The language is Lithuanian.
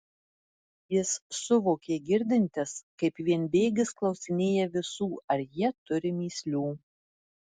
jis suvokė girdintis kaip vienbėgis klausinėja visų ar jie turi mįslių